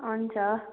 हुन्छ